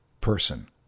person